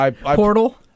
Portal